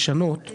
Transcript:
את